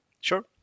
Sure